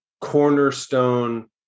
cornerstone